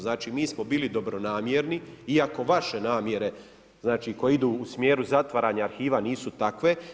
Znači, mi smo bili dobronamjerni iako vaše namjere znači, koje idu u smjeru zatvaranja arhiva nisu takve.